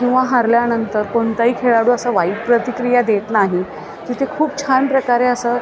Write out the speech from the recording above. किंवा हारल्यानन्तर कोणताही खेळाडू असा वाईट प्रतिक्रिया देत नाही तिथे खूप छान प्रकारे असं